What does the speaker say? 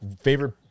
Favorite